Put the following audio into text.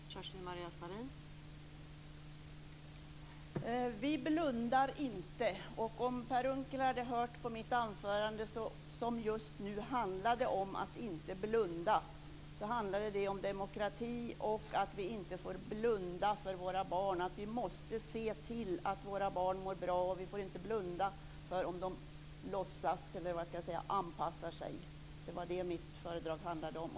Fru talman! Vi blundar inte. Om Per Unckel hade hört mitt anförande hade han vetat att det handlade om att inte blunda. Det handlade om demokrati och att vi inte får blunda för våra barns behov. Vi måste se till att de mår bra, och vi får inte blunda för om de låtsas som om de anpassar sig. Det var detta som mitt föredrag handlade om.